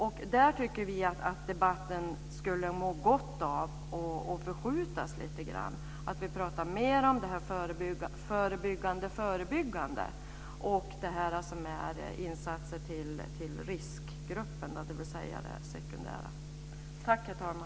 Vi tycker att debatten skulle må gott av att förskjutas lite grann så att vi talar mer om det förebyggande arbetet och insatser för riskgruppen, dvs. det sekundära.